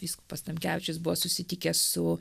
vyskupas tamkevičius buvo susitikęs su